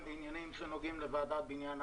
בעניינים שנוגעים לוועדת בניין ערים.